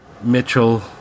Mitchell